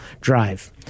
drive